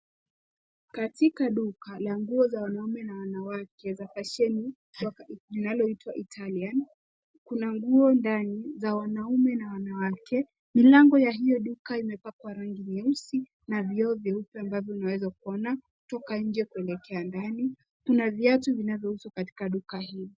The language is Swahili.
Katika duka la nguo za wanaume na wanawake za fasheni inayoitwa Italian. Kuna nguo ndani za wanaume na wanawake. Milango ya hiyo duka imepakwa rangi nyeusi na vioo vieupe ambavyo unaweza kuona kutoka nje kuelekea ndani. Kuna viatu vinavyouzwa katika duka hilo.